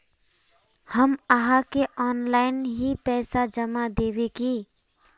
हम आहाँ के ऑनलाइन ही पैसा जमा देब की?